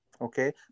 okay